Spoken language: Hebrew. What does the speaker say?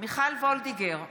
מיכל וולדיגר,